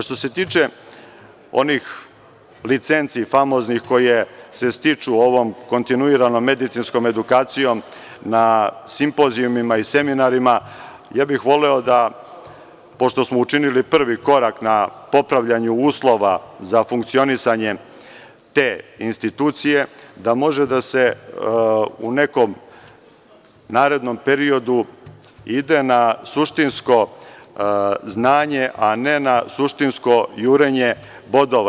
Što se tiče onih famoznih licenci koje se stiču ovom kontinuiranom medicinskom edukacijom na simpozijumima i seminarima, ja bih voleo, pošto smo učinili prvi korak na popravljanju uslova za funkcionisanje te institucije, da može da se u nekom narednom periodu ide na suštinsko znanje, a ne na suštinsko jurenje bodova.